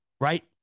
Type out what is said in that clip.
Right